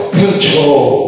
control